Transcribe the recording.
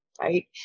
Right